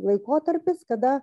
laikotarpis kada